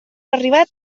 arribat